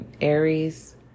Aries